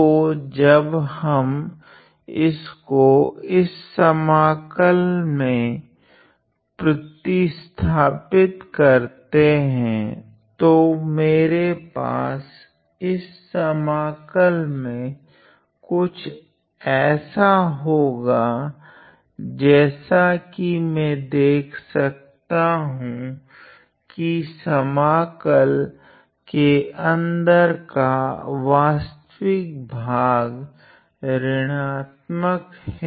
तो जब हम इसको इस समाकल मे प्रतिस्थापित करते हैं तो मेरे पास इस समाकल मे कुछ ऐसा होगा जेसा की मैं देख सकता हूँ की समाकल के अंदर का वास्तविक भाग ऋणात्मक हैं